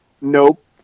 Nope